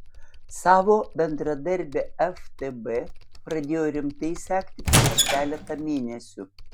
savo bendradarbį ftb pradėjo rimtai sekti prieš keletą mėnesių